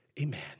Amen